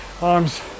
arms